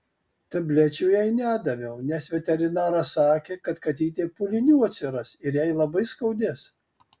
tablečių jai nedaviau nes veterinaras sakė kad katytei pūlinių atsiras ir jai labai skaudės